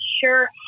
sure